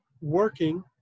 working